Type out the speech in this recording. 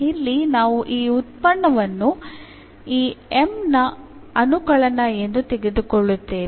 ಇಲ್ಲಿ ನಾವು ಈ ಉತ್ಪನ್ನವನ್ನು ಈ M ನ ಅನುಕಳನ ಎಂದು ತೆಗೆದುಕೊಳ್ಳುತ್ತೇವೆ